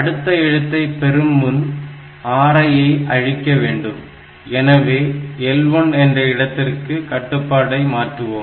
அடுத்த எழுத்தை பெரும் முன் RI ஐ அழிக்க வேண்டும் எனவே L1 என்ற இடத்திற்கு கட்டுப்பாட்டை மாற்றுவோம்